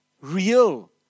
real